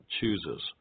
chooses